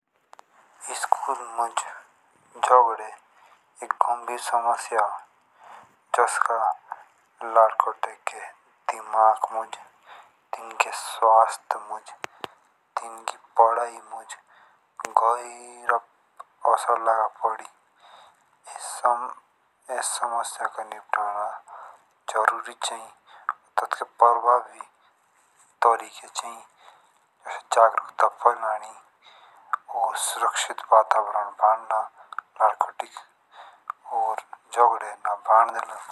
स्कूल म्युं झगडे एक गंभीर समस्या हो जसका लडकोटे के दिमाग म्युं तिनकी। स्वास्थ्य म्युं तिन की पढ़ाई म्युं गैरा असर लगापड़ी एस समस्या का निपटारा जरूरी चाहिये तातके प्रभावी तरीके चाहिये। कैसे जागरूकता फैलानी और सुरक्षित वातावरण बढ़ाना लोड़कोटिक और झगडे ना। स्कूल म्युं झगडे एक गंभीर समस्या हो जसका लडकोटे के दिमाग म्युं तिनकी। स्वास्थ्य म्युं तिन की पढ़ाई म्युं गैरा असर लगापड़ी एस समस्या का निपटारा जरूरी चाहिये तातके प्रभावी तरीके चाहिये। कैसे जागरूकता फैलानी और सुरक्षित वातावरण बढ़ाना लोड़कोटिक और झगडे ना।